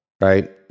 Right